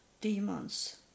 demons